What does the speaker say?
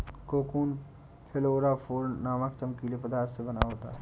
cocoon fluorophore नामक चमकीले पदार्थ का बना होता है